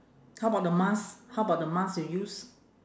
how about the mask how about the mask you use